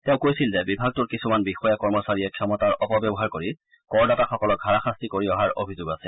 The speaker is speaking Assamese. তেওঁ কৈছিল যে বিভাগটোৰ কিছুমান বিষয়া কৰ্মচাৰীয়ে ক্ষমতাৰ অপব্যৱহাৰ কৰি কৰদাতাসকলক হাৰাশাস্তি কৰি অহাৰ অভিযোগ আছে